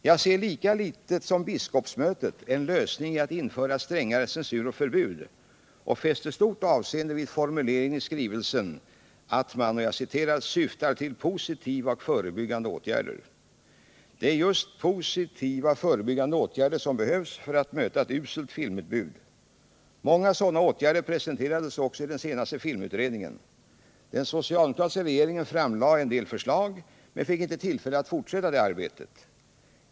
Jag ser lika litet som biskopsmötet en lösning i att införa strängare censur och förbud och fäster stort avseende vid formuleringen i skrivelsen att man ”syftar till positiva och förebyggande åtgärder”. Det är främst positiva och förebyggande åtgärder som behövs för att möta ett uselt filmutbud. Många sådana åtgärder presenterades också i den senaste filmutredningen. Den socialdemokratiska regeringen framlade en del förslag men fick inte tillfälle att fortsätta arbetet.